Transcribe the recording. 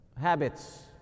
habits